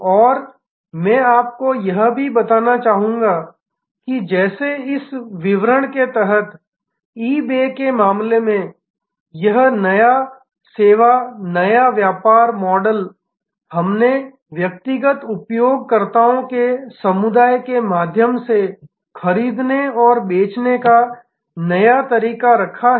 और मैं आपको यह भी बताना चाहूंगा कि जैसे इस विवरण के तहत ईबे के मामले में यह नया सेवा नया व्यापार मॉडल हमने व्यक्तिगत उपयोगकर्ताओं के समुदाय के माध्यम से खरीदने और बेचने का एक नया तरीका रखा है